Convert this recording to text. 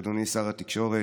אדוני שר התקשורת,